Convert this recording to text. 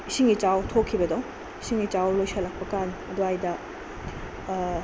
ꯏꯁꯤꯡ ꯏꯆꯥꯎ ꯊꯣꯛꯈꯤꯕꯗꯣ ꯏꯁꯤꯡ ꯏꯆꯥꯎ ꯂꯣꯏꯁꯤꯜꯂꯛꯄꯀꯥꯟ ꯑꯗꯨꯋꯥꯏꯗ